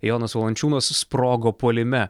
jonas valančiūnas sprogo puolime